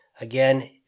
again